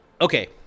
okay